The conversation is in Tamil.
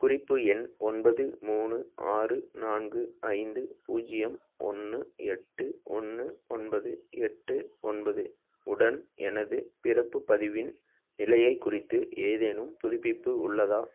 குறிப்பு எண் ஒன்பது மூணு ஆறு நான்கு ஐந்து பூஜ்ஜியம் ஒன்று எட்டு ஒன்று ஒன்பது எட்டு ஒன்பது உடன் எனதுப் பிறப்புப் பதிவின் நிலையைக் குறித்து ஏதேனும் புதுப்பிப்பு உள்ளதா